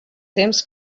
temps